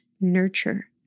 nurture